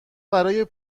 برای